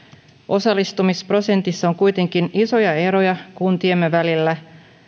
osallistumisprosenteissa on kuitenkin isoja eroja kuntiemme välillä